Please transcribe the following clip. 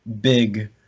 big